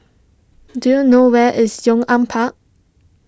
do you know where is Yong An Park